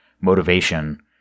motivation